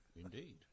Indeed